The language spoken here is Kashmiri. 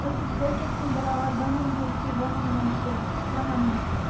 أسۍ چھِ بٲکِرخٲنۍ بَناوان دَہَن ہٕنٛز تہِ وُہَن ہٕنٛز تہِ ترٕٛہَن ہٕنٛز تہِ